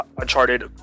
Uncharted